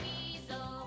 Weasel